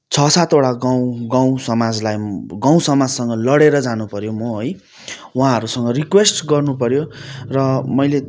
छ सातवटा गाउँ गाउँ समाजलाई गाउँ समाजसँग लडेर जानु पर्यो म है उहाँहरूसँग रिक्वेस्ट गर्नु पर्यो र मैले